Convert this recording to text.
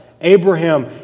Abraham